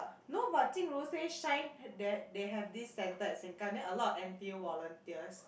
no but Jing-Ru said Shine they they have this centre in Sengkang then a lot of N_T_U volunteers